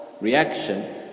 reaction